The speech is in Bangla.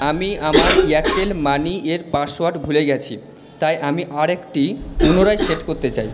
আমি আমার এয়ারটেল মানি এর পাসওয়ার্ড ভুলে গেছি তাই আমি আরেকটি পুনরায় সেট করতে চাই